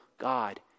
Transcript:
God